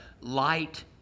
light